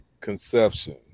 conception